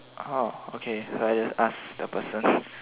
oh okay so I just ask the person